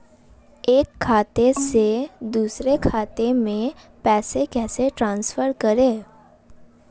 एक खाते से दूसरे खाते में पैसे कैसे ट्रांसफर करें?